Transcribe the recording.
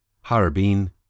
Harbin